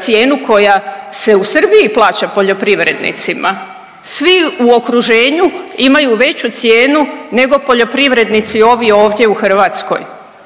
cijenu koja se u Srbiji plaća poljoprivrednicima. Svi u okruženju imaju veću cijenu nego poljoprivrednici ovi ovdje u Hrvatskoj.